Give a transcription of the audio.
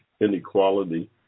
inequality